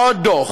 ה"פינק פלויד".